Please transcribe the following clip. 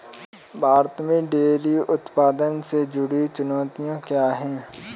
भारत में डेयरी उत्पादन से जुड़ी चुनौतियां क्या हैं?